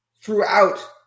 throughout